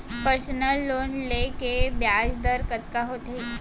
Personal loan ले के ब्याज दर कतका होथे?